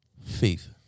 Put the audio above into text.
faith